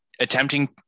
attempting